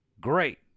great